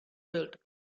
built